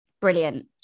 brilliant